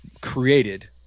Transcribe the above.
created